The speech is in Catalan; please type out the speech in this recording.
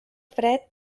fred